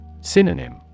Synonym